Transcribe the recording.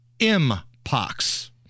M-Pox